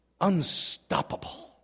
Unstoppable